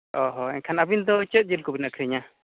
ᱚᱼᱦᱚ ᱮᱱᱠᱷᱟᱱ ᱟᱵᱤᱱᱫᱚ ᱪᱮᱫ ᱡᱤᱞᱠᱚᱵᱤᱱ ᱟᱹᱠᱷᱨᱤᱧᱟ